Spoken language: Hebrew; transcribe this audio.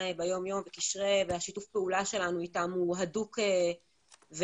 ביום-יום ושיתוף הפעולה שלנו איתם הוא הדוק ויום-יומי,